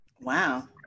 Wow